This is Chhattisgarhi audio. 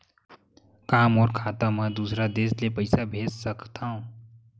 का मोर खाता म दूसरा देश ले पईसा भेज सकथव?